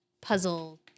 puzzle